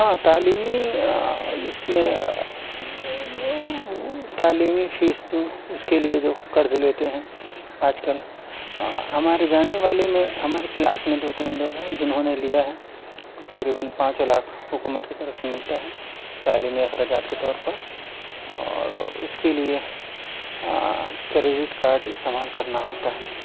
ہاں تعلیمی اس میں تعلیمی فیس جو اس کے لیے جو قرض لیتے ہیں آج کل ہمارے جاننے والے میں ہمارے کلاس میں دو تین لوگ ہیں جنہوں نے لیا ہے تقریباً پانچ لاکھ حکومت کی طرف سے ملتا ہے تعلیمی اخراجات کے طور پر اور اس کے لیے کریڈٹ کارڈ استعمال کرنا ہوتا ہے